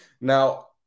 Now